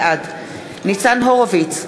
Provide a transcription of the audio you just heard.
בעד ניצן הורוביץ,